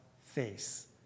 face